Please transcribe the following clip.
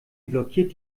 blockiert